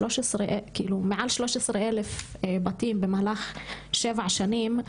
מעל 13,000 בתים במהלך שבע שנים,